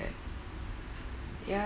ya